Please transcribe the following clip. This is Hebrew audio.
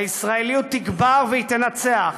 הישראליות תגבר, והיא תנצח.